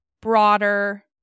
broader